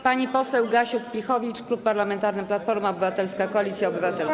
Pani poseł Gasiuk-Pihowicz, Klub Parlamentarny Platforma Obywatelska - Koalicja Obywatelska.